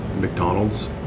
McDonald's